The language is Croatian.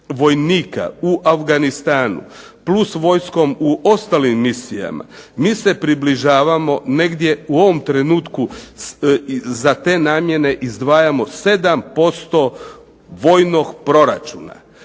u Afganistanu plus vojskom u ostalim misijama, mi se približavamo negdje u ovom trenutku za te namjene izdvajamo 7% vojnog proračuna